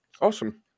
Awesome